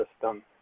system